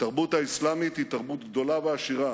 התרבות האסלאמית היא תרבות גדולה ועשירה,